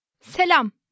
Selam